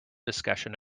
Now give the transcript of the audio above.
discussion